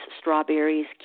strawberries